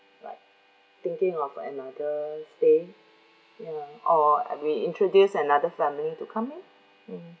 like thinking of another stay ya or we introduce another family to come in mm